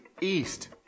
east